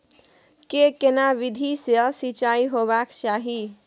के केना विधी सॅ सिंचाई होबाक चाही?